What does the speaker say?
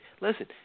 Listen